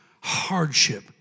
hardship